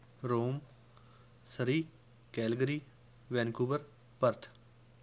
Rome Surrey Calgary Vancouver Perth